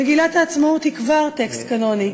מגילת העצמאות היא כבר טקסט קנוני,